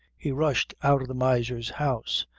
he rushed out of the miser's house.